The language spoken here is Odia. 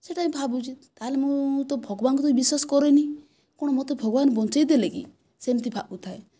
ସେଟା ବି ଭାବୁଛି ତାହେଲେ ମୁଁ ତ ଭଗବାନଙ୍କୁ ତ ବିଶ୍ଵାସ କରେନି କଣ ମୋତେ ଭଗବାନ ବଞ୍ଚାଇ ଦେଲେ କି ସେମିତି ଭାବୁଥାଏ